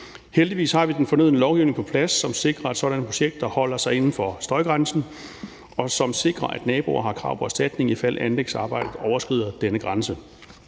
Heldigvis har vi den fornødne lovhjemmel på plads, som sikrer, at sådanne projekter holder sig inden for støjgrænsen, og som sikrer, at naboer har krav på erstatning, ifald anlægsarbejdet overskrider denne grænse.